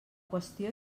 qüestió